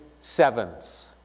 sevens